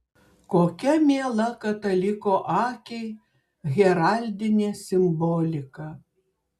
kokia miela kataliko akiai heraldinė simbolika